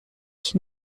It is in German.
ich